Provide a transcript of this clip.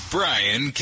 Brian